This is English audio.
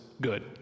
good